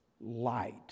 light